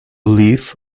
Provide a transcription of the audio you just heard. live